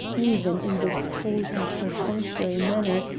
even in this cold and perfunctory manner,